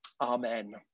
Amen